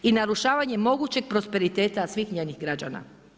I narušavanje mogućeg prosperiteta svih njenih građana.